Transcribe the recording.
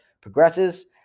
progresses